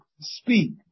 speak